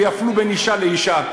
ויפלו בין אישה לאישה.